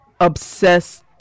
obsessed